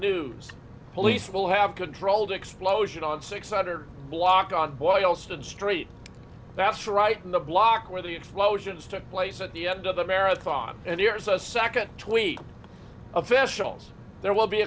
news police will have controlled explosion on six hundred block on boylston street that's right in the block where the explosions took place at the end of the marathon and here's a second tweet officials there will be